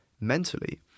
mentally